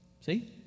See